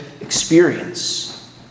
experience